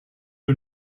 you